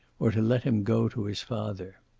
or to let him go to his father.